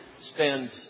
spend